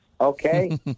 okay